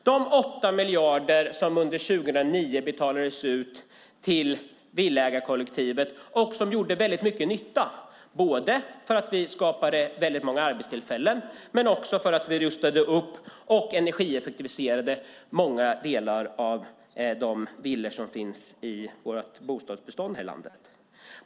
De 8 miljarder som under 2009 betalades ut till villaägarkollektivet gjorde mycket nytta både för att det skapade många arbetstillfällen och gjorde det möjligt att rusta upp och energieffektivisera många av de villor som finns i vårt bostadsbestånd.